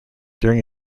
during